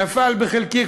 נפל בחלקי,